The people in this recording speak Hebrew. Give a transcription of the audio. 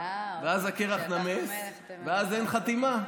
ואז הקרח נמס ואז אין חתימה.